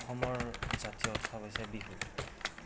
অসমৰ জাতীয় উৎসৱ হৈছে বিহু